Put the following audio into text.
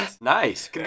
nice